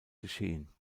geschehen